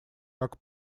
как